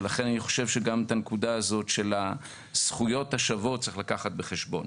ולכן אני חושב שגם הנקודה הזאת של הזכויות השוות צריך לקחת בחשבון.